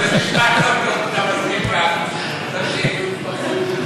זה משפט לא טוב אם אתה מתחיל ככה.